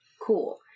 Cool